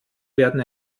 werden